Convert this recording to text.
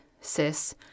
cis